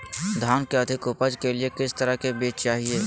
धान की अधिक उपज के लिए किस तरह बीज चाहिए?